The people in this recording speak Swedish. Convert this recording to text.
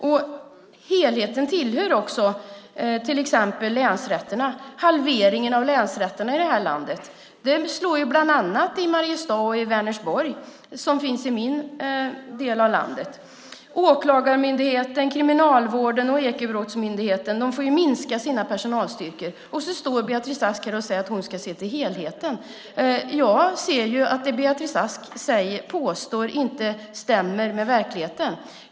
Till helheten hör också till exempel länsrätterna. Halveringen av länsrätterna i landet slår bland annat mot Mariestad och Vänersborg, som finns i min del av landet. Åklagarmyndigheten, Kriminalvården och Ekobrottsmyndigheten får minska sina personalstyrkor. Och så står Beatrice Ask här och säger att hon ska se till helheten. Jag inser att det Beatrice Ask påstår inte stämmer med verkligheten.